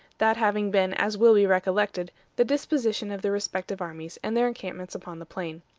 that having been, as will be recollected, the disposition of the respective armies and their encampments upon the plain.